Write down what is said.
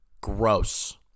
Gross